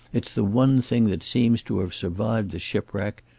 it's the one thing that seems to have survived the shipwreck.